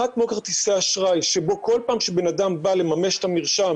אחד כמו כרטיסי אשראי שבו כל פעם שבנאדם בא לממש את המרשם